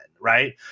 Right